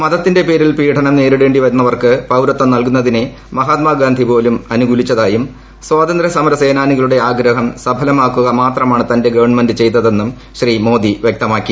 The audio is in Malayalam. മതത്തിന്റെ പേരിൽ പീഡനം നേരിടേണ്ടി വന്നവർക്ക് പൌരത്വം നൽകുന്നതിനെ മഹാത്മാഗാന്ധി പോലും അനുകൂലിച്ചിരുന്നതായും സ്വാതന്ത്ര്യസമര സേനാനികളുടെ ആഗ്രഹും സ്ഥലമാക്കുക മാത്രമാണ് തന്റെ ഗവൺമെന്റ് ചെയ്തതെന്നും ശ്രീ മോദി വ്യക്തമാക്കി